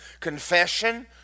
Confession